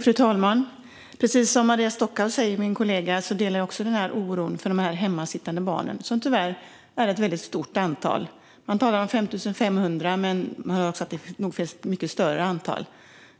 Fru talman! Jag delar min kollega Maria Stockhaus oro för de hemmasittande barnen. Det är tyvärr ett stort antal; man talar om 5 500, men antalet är nog mycket större. Vi